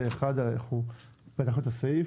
הצבעה אושרה אנחנו פתחנו את הסעיף.